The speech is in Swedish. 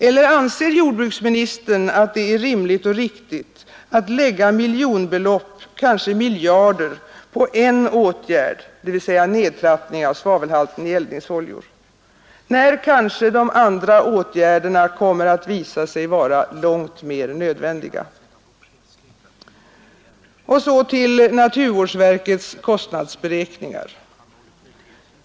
Eller anser jordbruksministern att det är rimligt och riktigt att lägga miljonbelopp, kanske miljarder, på en åtgärd, dvs. nedtrappning av svavelhalten i eldningsoljor, när kanske de andra åtgärderna kommer att visa sig vara långt mer nödvändiga? Och så till naturvårdsverkets kostnadsberäkningar.